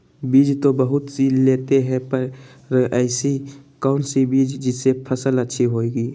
बीज तो बहुत सी लेते हैं पर ऐसी कौन सी बिज जिससे फसल अच्छी होगी?